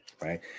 right